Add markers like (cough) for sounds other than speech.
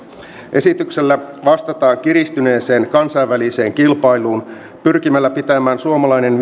esityksellä vastataan kiristyneeseen kansainväliseen kilpailuun pyrkimällä pitämään suomalainen (unintelligible)